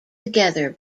together